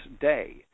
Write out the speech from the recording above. day